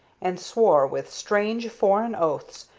and swore, with strange, foreign oaths,